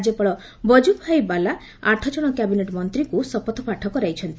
ରାଜ୍ୟପାଳ ବଜୁଭାଇ ବାଲା ଆଠଜଣ କ୍ୟାବିନେଟ୍ ମନ୍ତ୍ରୀଙ୍କୁ ଶପଥପାଠ କରାଇଛନ୍ତି